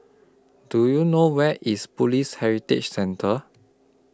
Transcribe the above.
Do YOU know Where IS Police Heritage Centre